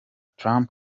trump